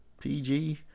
PG